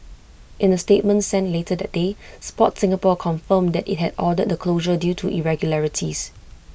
in A statement sent later that day Sport Singapore confirmed that IT had ordered the closure due to the irregularities